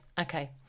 Okay